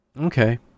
Okay